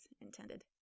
intended